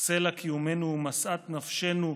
סלע קיומנו ומשאת נפשנו,